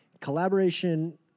collaboration